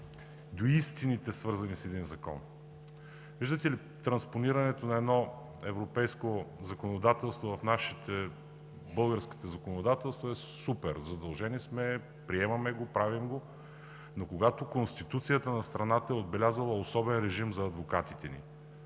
до истините, свързани с един закон. Виждате ли, транспонирането на едно европейско законодателство в нашето българско законодателство е супер, задължени сме, приемаме го, правим го, но когато Конституцията на страната е отбелязала особен режим за адвокатите,